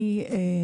אני,